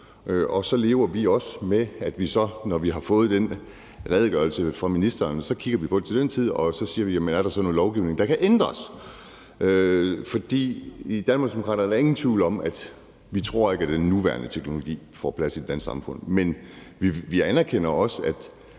Og så lever vi med, at når vi så har fået den redegørelse fra ministeren, kigger vi på det til den tid og siger: Er der så noget lovgivning, der kan ændres? For i Danmarksdemokraterne er der ingen tvivl om, at vi ikke tror, at den nuværende teknologi får en plads i det danske samfund. Men vi anerkender også, at